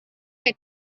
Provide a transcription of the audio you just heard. had